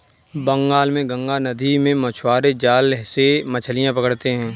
बंगाल में गंगा नदी में मछुआरे जाल से मछलियां पकड़ते हैं